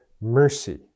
mercy